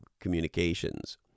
communications